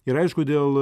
ir aišku dėl